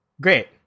Great